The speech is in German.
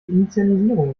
initialisierung